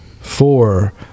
Four